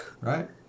right